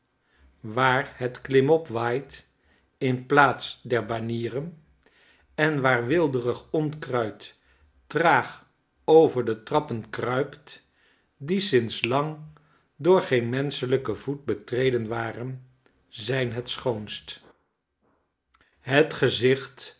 waar het klimop waait in plaats der banieren en waar weelderig onkruid traag over de trappen kruipt die sinds lang door geen menschelijken voet betreden waren zijn het schoonst het gezicht